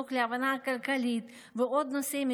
חינוך להבנה כלכלית ועוד נושאים,